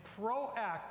proactive